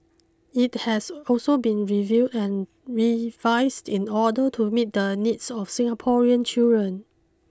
it has also been reviewed and revised in order to meet the needs of Singaporean children